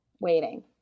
Waiting